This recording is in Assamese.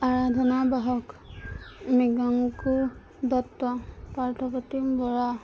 আৰাধনা বাহক মৃগাংকুৰ দত্ত পাৰ্থপ্ৰতীম বৰা